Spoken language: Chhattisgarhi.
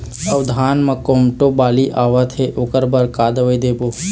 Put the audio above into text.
अऊ धान म कोमटो बाली आवत हे ओकर बर का दवई देबो?